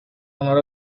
honor